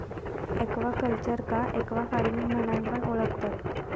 एक्वाकल्चरका एक्वाफार्मिंग म्हणान पण ओळखतत